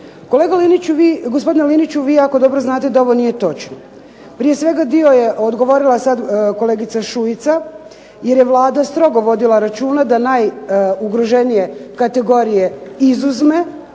Liniću vi jako dobro znate da ovo nije točno. Prije svega dio je odgovorila sad kolegica Šuica, jer je Vlada strogo vodila računa da najugroženije kategorije izuzme